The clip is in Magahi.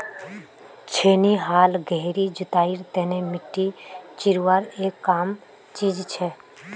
छेनी हाल गहरी जुताईर तने मिट्टी चीरवार एक आम चीज छे